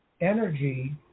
energy